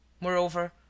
moreover